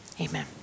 amen